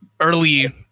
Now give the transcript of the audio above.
Early